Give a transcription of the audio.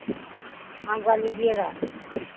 ہم کا لجیے گا